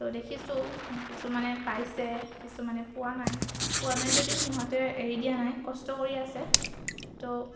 তো দেখিছোঁ কিছুমানে পাইছে কিছুমানে পোৱা নাই পোৱা নাই যদিও সিহঁতে এৰি দিয়া নাই কষ্ট কৰি আছে তো